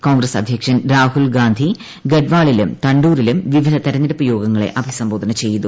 കോൺഗ്രസ് അദ്ധ്യക്ഷൻ രാഹുൽ ഗാന്ധി ഗഡ്വാളിലും തണ്ടൂരിലും വിവിധ തെരഞ്ഞെടുപ്പ് യോഗങ്ങളെ അഭിസംബോധന ചെയ്തു